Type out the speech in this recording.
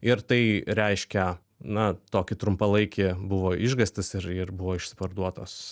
ir tai reiškia na tokį trumpalaikį buvo išgąstis ir ir buvo išsiparduotos